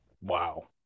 Wow